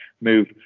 move